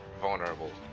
vulnerable